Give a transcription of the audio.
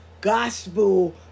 gospel